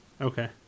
Okay